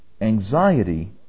anxiety